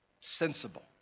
sensible